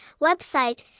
Website